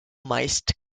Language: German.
meist